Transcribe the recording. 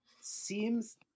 seems